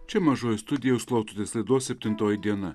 čia mažoji studija jūs klausotės laidos septintoji diena